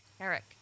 Eric